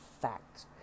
fact